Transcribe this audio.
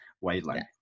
wavelength